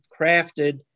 crafted